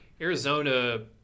Arizona